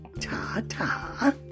Ta-ta